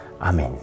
Amen